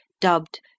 dubbed